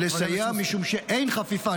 צריך לסייע משום שאין חפיפה.